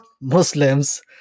Muslims